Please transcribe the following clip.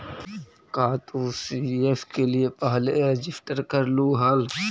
का तू सी.एस के लिए पहले रजिस्टर करलू हल